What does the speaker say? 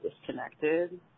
disconnected